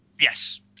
Yes